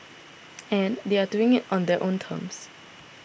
and they are doing it on their own terms